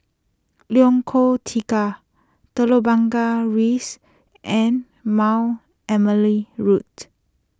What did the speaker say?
Lengkong Tiga Telok Blangah Rise and Mount Emily Road